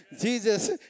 Jesus